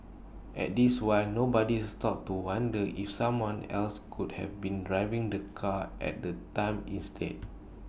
at this one nobody stopped to wonder if someone else could have been driving the car at the time instead